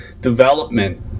development